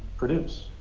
produce.